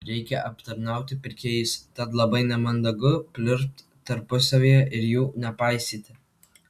reikia aptarnauti pirkėjus tad labai nemandagu pliurpt tarpusavyje ir jų nepaisyti